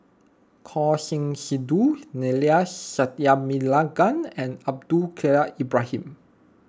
Choor Singh Sidhu Neila Sathyalingam and Abdul Kadir Ibrahim